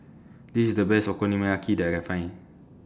This IS The Best Okonomiyaki that I Can Find